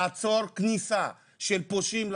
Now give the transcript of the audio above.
לעצור כניסה של פושעים לשוק,